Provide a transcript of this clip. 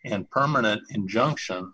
and permanent injunction